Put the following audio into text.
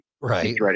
right